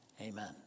Amen